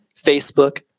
Facebook